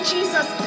Jesus